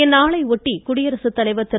இந்நாளையொட்டி குடியரசுத்தலைவர் திரு